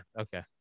Okay